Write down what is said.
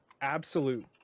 Absolute